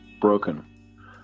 broken